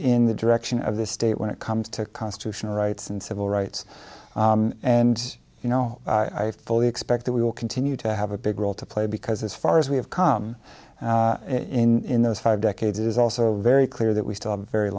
in the direction of the state when it comes to constitutional rights and civil rights and you know i fully expect that we will continue to have a big role to play because as far as we have come in those five decades it is also very clear that we still a very